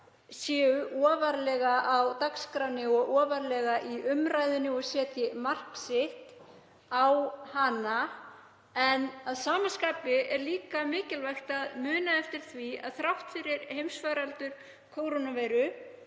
séu ofarlega á dagskránni og ofarlega í umræðunni og setji mark sitt á hana. Að sama skapi er líka mikilvægt að muna eftir því að þrátt fyrir heimsfaraldur kórónuveiru